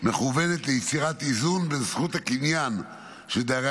מכוונת ליצירת איזון בין זכות הקניין של דיירי